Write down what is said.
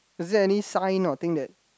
is it any sign or thing that